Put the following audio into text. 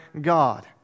God